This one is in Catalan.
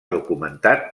documentat